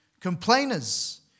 complainers